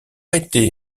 été